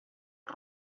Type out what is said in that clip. els